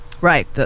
Right